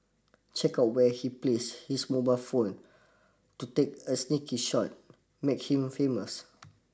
check out where he place his mobile phone to take a sneaky shot make him famous